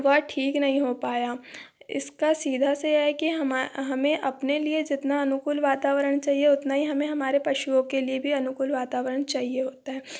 वह ठीक नहीं हो पाया इसका सीधा से यह है की हमें अपने लिए जितना अनुकूल वातावरण चाहिए उतना ही हमें हमारे पशुओं के लिए भी अनुकूल वातावरण चाहिए होता है